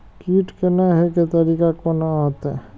कीट के ने हे के तरीका कोन होते?